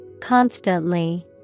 Constantly